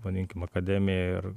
vadinkim akademija ir